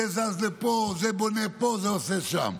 זה זז לפה, זה בונה פה, זה עושה שם.